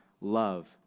love